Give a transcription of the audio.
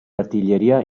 artiglieria